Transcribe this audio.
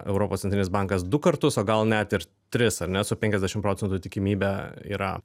europos centrinis bankas du kartus o gal net ir tris ar ne su penkiasdešim procentų tikimybe yra